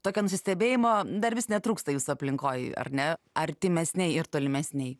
tokio nusistebėjimo dar vis netrūksta jūsų aplinkoj ar ne artimesnėj ir tolimesnėj